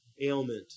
ailment